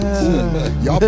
Y'all